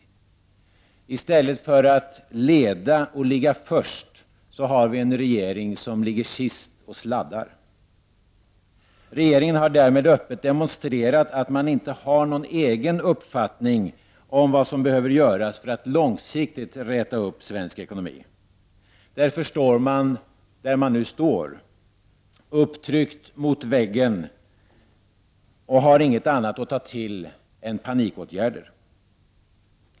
Vi har en regering som i stället för att leda och ligga först ligger sist och sladdar. Regeringen har därmed öppet demonstrerat att man inte har någon egen uppfattning om vad som behöver göras för att långsiktigt räta upp svensk ekonomi. Därför står man där man nu står: upptryckt mot väggen har man inget annat att ta till än panikåtgärder.